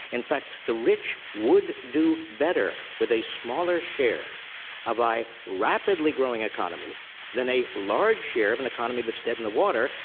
in fact, the rich would do better with a smaller share of a rapidly growing economy than a large share of an economy that's dead in the water.